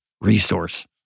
resource